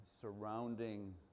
surrounding